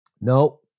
No